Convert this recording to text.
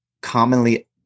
commonly